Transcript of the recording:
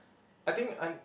I think un~